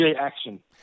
Action